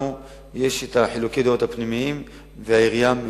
אין כמעט עיר שאין בה ויכוחים וחילוקי דעות בין גופים כאלה ואחרים.